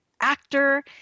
actor